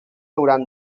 hauran